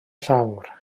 llawr